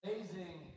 Amazing